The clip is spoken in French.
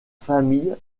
famille